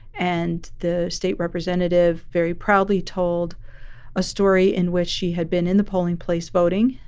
and the state representative very proudly told a story in which she had been in the polling place voting.